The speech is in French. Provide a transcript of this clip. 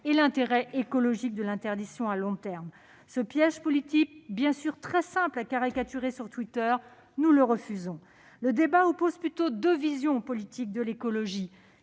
et l'intérêt écologique de l'interdiction à long terme. Ce piège politique, très simple à caricaturer sur Twitter, nous le refusons ! Le débat oppose plutôt deux visions politiques de l'écologie.